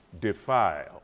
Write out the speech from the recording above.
defile